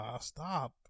Stop